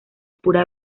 pura